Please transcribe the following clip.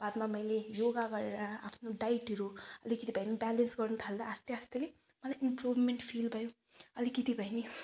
बादमा मैले योगा गरेर आफ्नो डाइटहरू अलिकति भए नि ब्यालेन्स गर्नु थाल्दा आस्ते आस्ते मलाई इम्प्रुभमेन्ट फिल भयो अलिकिति भए पनि